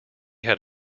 had